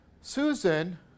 Susan